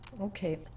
Okay